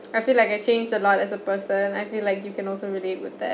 I feel like I changed a lot as a person I feel like you can also relate with that